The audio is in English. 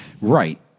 Right